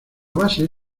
base